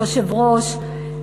היושב-ראש,